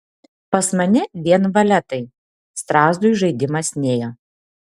pas mane vien valetai strazdui žaidimas nėjo